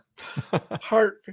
Heart